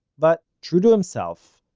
but, true to himself,